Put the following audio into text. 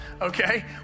Okay